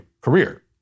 career